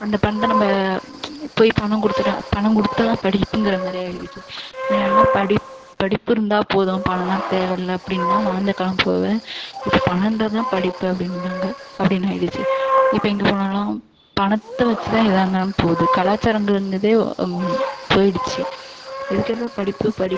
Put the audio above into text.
அந்த பணத்தை நம்ப போய் பணம் கொடுத்துட்டு பணம் குடுத்தாதான் படிப்புங்கிற மாதிரி ஆயிடுச்சு முன்னலா படிப் படிப்பிருந்தால் போதும் பணோலாம் தேவை இல்லை அப்படின்லா வாழ்ந்த காலம் போக இப்போ பணம் இருந்தாதான் படிப்பு அப்படின்னாங்க அப்டின்னு ஆய்டுச்சு இப்போ எங்கே போனாலும் பணத்தை வச்சுதா ஏதா இருந்தாலும் போது கலாச்சாரங்குறதே போயிடுச்சு எதுக்கெடுத்தாலும் படிப்பு படிப்